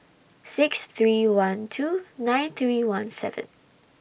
six three one two nine three one seven